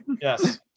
Yes